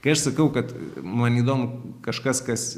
kai aš sakau kad man įdomu kažkas kas